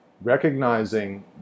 Recognizing